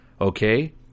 Okay